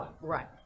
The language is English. Right